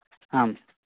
आम्